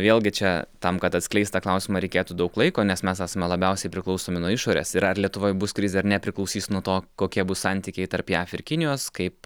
vėlgi čia tam kad atskleis tą klausimą reikėtų daug laiko nes mes esame labiausiai priklausomi nuo išorės ir ar lietuvoj bus krizė ar nepriklausys nuo to kokie bus santykiai tarp jav ir kinijos kaip